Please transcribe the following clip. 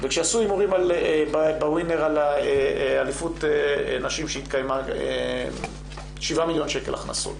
כשעשו הימורים בווינר על אליפות נשים שהתקיימה שבעה מיליון שקל הכנסות,